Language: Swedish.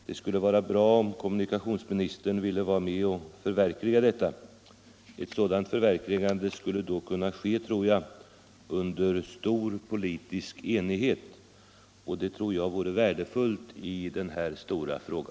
Det skulle vara bra om kommunikationsministern ville vara med och förverkliga detta. Ett sådant förverkligande skulle då kunna ske, tror jag, under stor politisk enighet och det vore värdefullt i en så här viktig fråga.